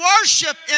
worship